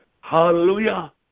hallelujah